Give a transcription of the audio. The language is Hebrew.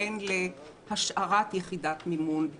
בין להשארת יחידת מימון,